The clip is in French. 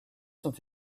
sont